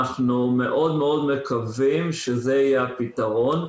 אנחנו מאוד מאוד מקווים שזה יהיה הפתרון.